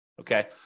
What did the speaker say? Okay